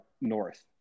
north